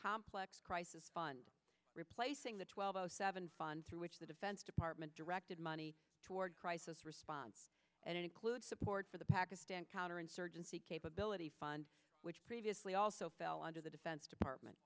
complex crisis fund replacing the twelve o seven fund through which the defense department directed money toward crisis response and include support for the pakistan counterinsurgency capability funds which previously also fell on to the defense department